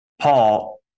Paul